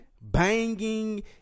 Banging